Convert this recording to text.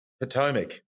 Potomac